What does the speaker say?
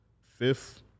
fifth